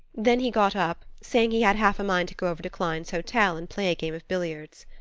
then he got up, saying he had half a mind to go over to klein's hotel and play a game of billiards.